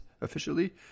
officially